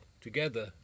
together